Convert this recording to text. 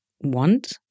want